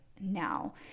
now